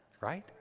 right